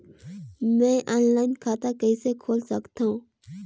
मैं ऑनलाइन खाता कइसे खोल सकथव?